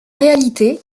réalité